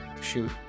shoot